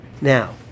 Now